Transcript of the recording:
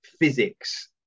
physics